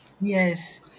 Yes